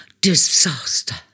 Disaster